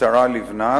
השרה לבנת,